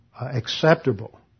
acceptable